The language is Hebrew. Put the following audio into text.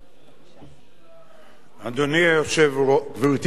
גברתי היושבת-ראש, כנסת נכבדה,